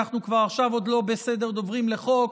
אנחנו עכשיו עוד לא בסדר דוברים לחוק.